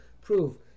prove